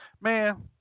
man